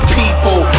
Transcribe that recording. people